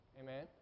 Amen